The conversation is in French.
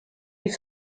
est